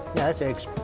yeah, that's eggs,